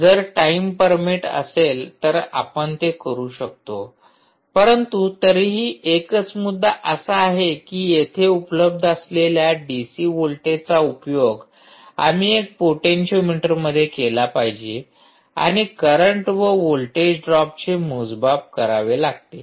जर time permit असेल तर आपण ते करू शकतो परंतु तरीही एकच मुद्दा असा आहे की येथे उपलब्ध असलेल्या डीसी व्होल्टेजचा उपयोग आम्ही एक पोटेन्शीओमीटरमध्ये केला पाहिजे आणि करंट व व्होल्टेज ड्रॉपचे मोजमाप करावे लागते